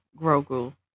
Grogu